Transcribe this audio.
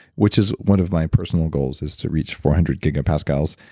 which is one of my personal goals is to reach four hundred gigapascals.